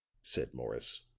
said morris.